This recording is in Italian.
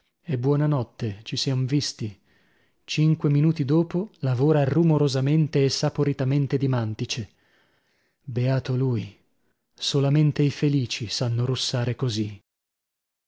e buona notte ci siam visti cinque minuti dopo lavora rumorosamente e saporitamente di mantice beato lui solamente i felici sanno russare così